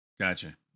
Gotcha